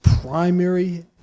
primary